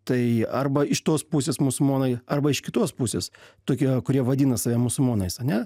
tai arba iš tos pusės musulmonai arba iš kitos pusės tokie kurie vadina save musulmonais ane